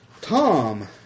Tom